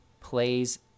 plays